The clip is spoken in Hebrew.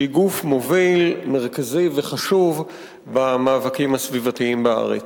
שהיא גוף מוביל מרכזי וחשוב במאבקים הסביבתיים בארץ.